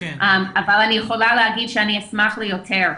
אבל אני יכולה להגיד שאני אשמח ליותר.